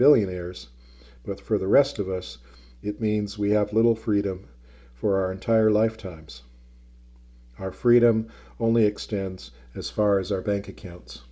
billionaires but for the rest of us it means we have little freedom for our entire lifetimes our freedom only extends as far as our bank accounts